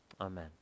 Amen